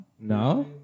No